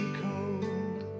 cold